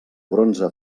bronze